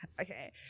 Okay